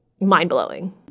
mind-blowing